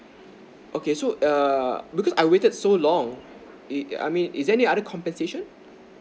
okay so err because I've waited so long is I mean is there any other compensation